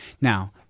Now